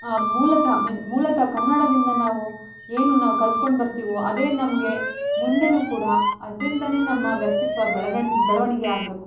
ಆ ಮೂಲತಃ ಮಿನ್ ಮೂಲತ ಕನ್ನಡದಿಂದ ನಾವು ಏನು ನಾವು ಕಲ್ತ್ಕೊಂಡು ಬರ್ತೀವೋ ಅದೇ ನಮಗೆ ಮುಂದೆಯೂ ಕೂಡ ಅದ್ರಿಂದಲೇ ನಮ್ಮ ವ್ಯಕ್ತಿತ್ವ ಬೆಳವಣಿಗೆ ಆಗಬೇಕು